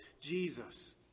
Jesus